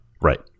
Right